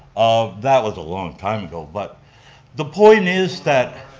um that was a long time ago, but the point is that,